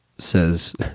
Says